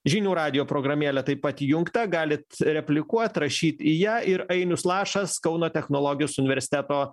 žinių radijo programėlė taip pat įjungta galit replikuot rašyt į ją ir ainius lašas kauno technologijos universiteto